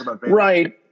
right